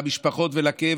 למשפחות ולכאב,